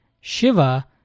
Shiva